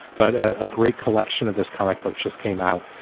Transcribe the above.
but a great collection of this comic book just came out.